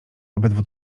obydwu